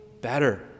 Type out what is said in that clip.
better